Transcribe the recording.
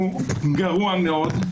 הוא גרוע מאוד.